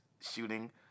shooting